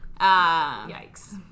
Yikes